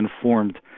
informed